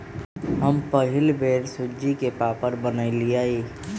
हम पहिल बेर सूज्ज़ी के पापड़ बनलियइ